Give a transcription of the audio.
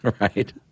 Right